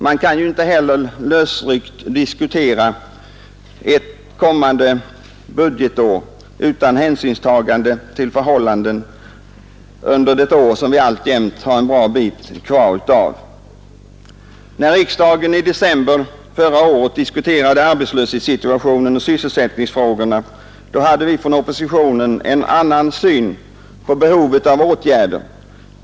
Man kan inte heller lösryckt diskutera ett kommande budgetår utan hänsynstagande till förhållanden under det år som vi alltjämt har en bra bit kvar av. När riksdagen i december förra året diskuterade arbetslöshetssituationen och sysselsättningsfrågorna hade vi från oppositionen en annan syn på behovet av åtgärder.